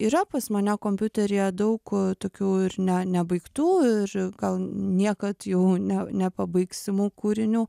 yra pas mane kompiuteryje daug tokių ir ne nebaigtų ir gal niekad jau ne nepabaigsimų kūrinių